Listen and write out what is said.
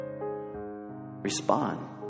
Respond